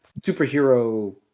superhero